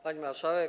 Pani Marszałek!